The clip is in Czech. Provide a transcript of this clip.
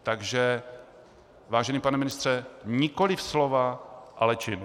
Takže vážený pane ministře, nikoliv slova, ale činy.